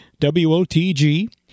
WOTG